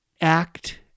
act